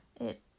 It